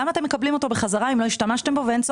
למה אתם מקבלים אותו בחזרה אם אין צורך בו ולא השתמשתם בו?